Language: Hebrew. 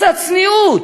קצת צניעות: